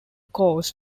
calls